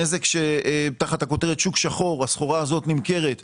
נזק שתחת הכותרת שוק שחור הסחורה הזו נמכרת בגליל,